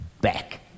back